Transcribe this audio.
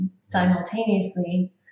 Simultaneously